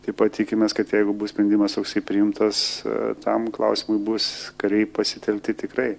taip pat tikimės kad jeigu bus sprendimas toksai priimtas tam klausimui bus kariai pasitelkti tikrai